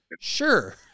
sure